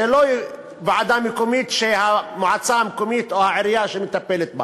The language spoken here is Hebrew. זאת לא ועדה מקומית שהמועצה המקומית או העירייה מטפלת בה